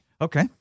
Okay